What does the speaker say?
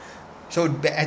so ba~